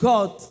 God